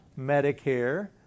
Medicare